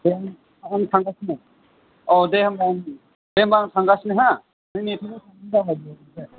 आं थांगासिनो औ दे होमब्ला दे होमब्ला आं थांगासिनो हो नों नेथ'